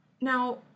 Now